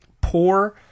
poor –